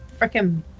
freaking